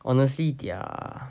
honestly their